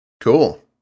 Cool